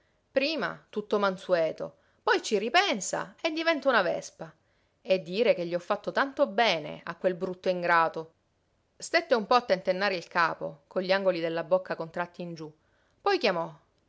prima tutto mansueto poi ci ripensa e diventa una vespa e dire che gli ho fatto tanto bene a quel brutto ingrato stette un po a tentennare il capo con gli angoli della bocca contratti in giú poi chiamò